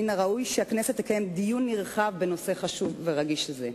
מן הראוי שהכנסת תקיים דיון נרחב בנושא חשוב ורגיש זה.